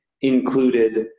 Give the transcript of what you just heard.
included